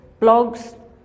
blogs